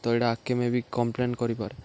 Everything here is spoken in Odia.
ତ ଆଗ୍କେ ମେ ବି ଇଟା କମ୍ପ୍ଲେନ୍ କରିପାରେ